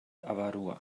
avarua